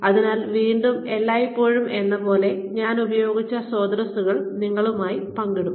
അതിനാൽ വീണ്ടും എല്ലായ്പ്പോഴും എന്നപോലെ ഞാൻ ഉപയോഗിച്ച സ്രോതസ്സുകൾ നിങ്ങളുമായി പങ്കിടും